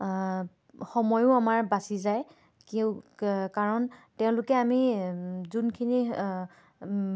সময়ো আমাৰ বাচি যায় কিয় কাৰণ তেওঁলোকে আমি যোনখিনি